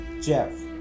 Jeff